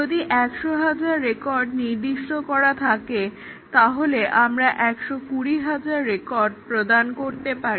যদি একশ হাজার রেকর্ড নির্দিষ্ট করা থাকে তাহলে আমরা একশো কুড়ি হাজার রেকর্ড প্রদান করতে পারি